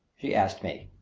she asked me.